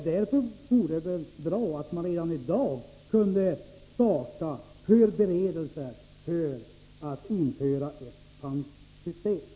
Därför vore det väl bra om man redan i dag kunde starta förberedelser för att införa ett pantsystem.